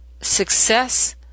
success